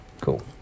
cool